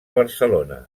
barcelona